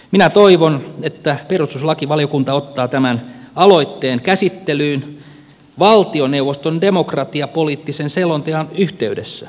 minä toivon että perustuslakivaliokunta ottaa tämän aloitteen käsittelyyn valtioneuvoston demokratiapoliittisen selonteon yhteydessä